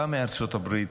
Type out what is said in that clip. הוא בא מארצות הברית,